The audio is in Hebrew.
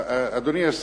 בבקשה, אדוני.